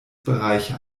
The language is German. bereiche